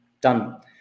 done